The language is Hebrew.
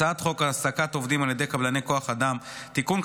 הצעת חוק העסקת עובדים על ידי קבלני כוח אדם (תיקון,